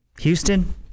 Houston